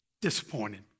disappointed